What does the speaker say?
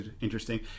interesting